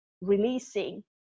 releasing